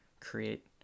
create